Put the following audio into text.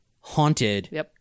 haunted